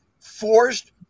forced